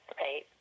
right